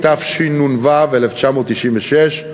התשנ"ו 1996,